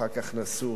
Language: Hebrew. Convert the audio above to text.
אחר כך נסעו,